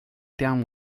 down